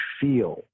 feel